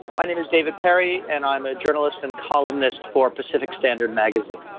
my name is david perry and i'm a journalist and columnist for pacific standard magazine.